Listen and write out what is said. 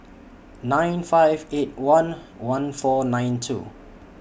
nine five eight one one four nine two